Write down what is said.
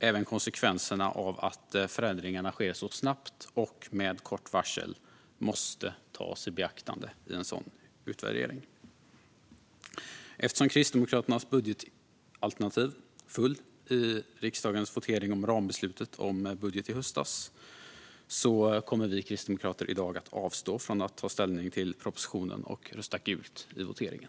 Även konsekvenserna av att förändringarna sker så snabbt och med kort varsel måste tas i beaktande i en sådan utvärdering. Eftersom Kristdemokraternas budgetalternativ föll i riksdagens votering om rambeslutet om budgeten i höstas kommer vi kristdemokrater i dag att avstå från att ta ställning till propositionen och rösta gult i voteringen.